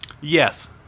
Yes